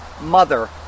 mother